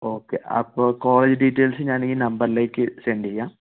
okay അപ്പം college details ഞാൻ ഈ നമ്പറിലേക്ക് സെൻറ് ചെയ്യാം